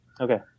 Okay